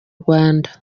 rwanda